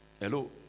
Hello